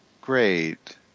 Great